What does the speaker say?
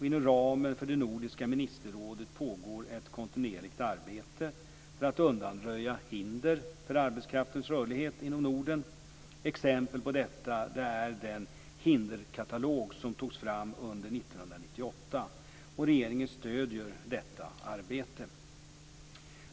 Inom ramen för det nordiska ministerrådet pågår ett kontinuerligt arbete för att undanröja hinder för arbetskraftens rörlighet inom Norden. Exempel på detta är den hinderkatalog som togs fram under 1998. Regeringen stöder detta arbete.